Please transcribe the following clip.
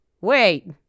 wait